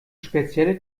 spezielle